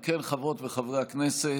אם כן, חברות וחברי הכנסת,